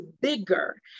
bigger